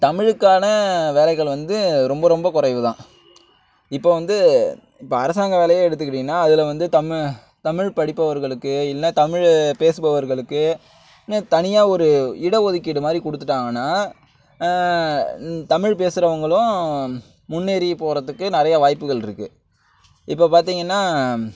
தமிழுக்கான வேலைகள் வந்து ரொம்ப ரொம்ப குறைவுதான் இப்போது வந்து இப்போ அரசாங்க வேலையை எடுத்துகிட்டீங்கன்னால் அதில் வந்து தமிழ் தமிழ் படிப்பவர்களுக்கு இல்லை தமிழ் பேசுபவர்களுக்கு தனியாக ஒரு இட ஒதிக்கீடுமாதிரி கொடுத்துட்டாங்கன்னா தமிழ் பேசுகிறவங்களும் முன்னேறி போகிறதுக்கு நிறையா வாய்ப்புகள் இருக்குது இப்போ பார்த்திங்கன்னா